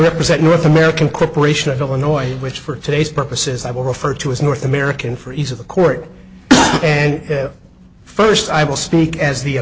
represent north american corporation of illinois which for today's purposes i will refer to as north american for each of the court and first i will speak as the